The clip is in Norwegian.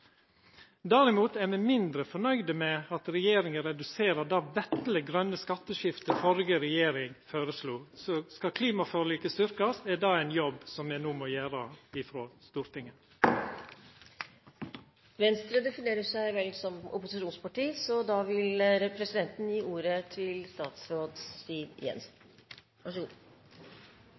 er derimot mindre fornøyde med at regjeringa reduserer det vesle, grøne skatteskiftet den førre regjeringa føreslo. Skal klimaforliket styrkast, er det ein jobb me no må gjera i Stortinget. Venstre definerer seg vel som et opposisjonsparti, og da vil presidenten gi ordet til statsråd Siv Jensen.